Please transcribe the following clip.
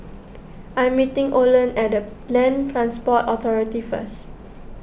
I'm meeting Olen at the Land Transport Authority first